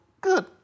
good